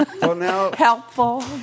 Helpful